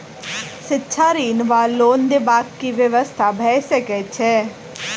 शिक्षा ऋण वा लोन देबाक की व्यवस्था भऽ सकै छै?